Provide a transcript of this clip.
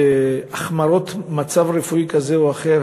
בהחמרת מצב רפואי כזה או אחר,